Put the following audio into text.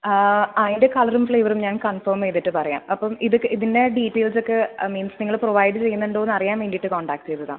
അതിൻ്റെ കളറും ഫ്ലേവറും ഞാൻ കൺഫേം ചെയ്തിട്ട് പറയാം അപ്പോൾ ഇതൊക്കെ ഇതിൻ്റെ ഡീറ്റെയിൽസ് ഒക്കെ മീൻസ് നിങ്ങൾ പ്രൊവൈഡ് ചെയ്യുന്നുണ്ടോന്നറിയാൻ വേണ്ടീട്ട് കോൺടാക്ട് ചെയ്തതാണ്